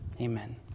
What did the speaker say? Amen